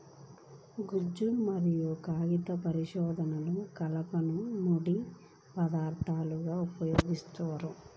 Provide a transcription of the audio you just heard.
గుజ్జు మరియు కాగిత పరిశ్రమలో కలపను ముడి పదార్థంగా ఉపయోగిస్తున్నారు